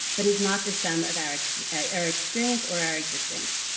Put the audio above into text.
but is not the sum of our our experience or our existence.